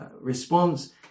response